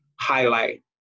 highlight